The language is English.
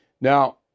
Now